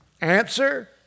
Answer